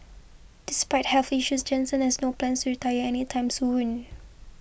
despite health issues Jansen has no plans retire any time soon